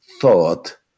thought